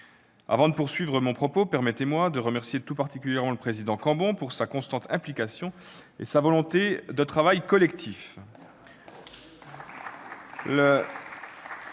Avant de poursuivre mon propos, permettez-moi de remercier tout particulièrement le président Cambon pour sa constante implication et sa volonté de travail collectif. Le travail de